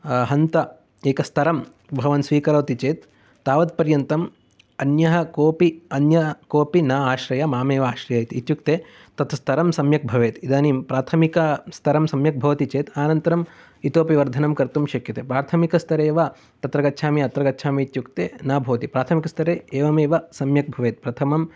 हन्ता एकस्तरं भवान् स्वीकरोति चेत् तावत् पर्यन्तम् अन्यः कोऽपि अन्यः कोऽपि न आश्रयं मामेव आश्रयति इत्युक्ते तत् स्तरं सम्यक् भवेत् इदानीं प्राथमिक स्तरं सम्यक् भवति चेत् अनन्तरम् इतोऽपि वर्धनं कर्तुं शक्यते प्राथमिकस्तरे एव तत्र गच्छामि अत्र गच्छामि इत्युक्ते न भवति प्राथमिकस्तरे एवमेव सम्यक् भवेत् प्रथमं